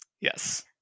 Yes